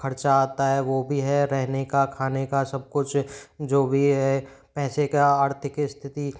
खर्चा आता है वह भी है रहने का खाने का सब कुछ जो भी है पैसे का आर्थिक स्थिति